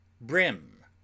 Brim